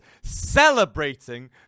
celebrating